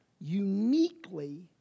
uniquely